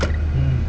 mm